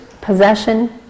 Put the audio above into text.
possession